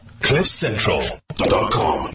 cliffcentral.com